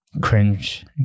cringe